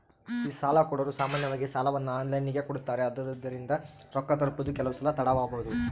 ಈ ಸಾಲಕೊಡೊರು ಸಾಮಾನ್ಯವಾಗಿ ಸಾಲವನ್ನ ಆನ್ಲೈನಿನಗೆ ಕೊಡುತ್ತಾರೆ, ಆದುದರಿಂದ ರೊಕ್ಕ ತಲುಪುವುದು ಕೆಲವುಸಲ ತಡವಾಬೊದು